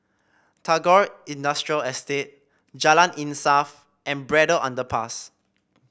Tagore Industrial Estate Jalan Insaf and Braddell Underpass